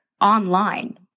online